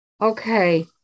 Okay